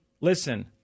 Listen